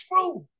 true